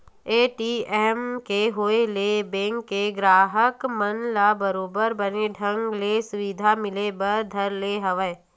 ATM के होय ले बेंक के गराहक मन ल बरोबर बने ढंग ले सुबिधा मिले बर धर ले हवय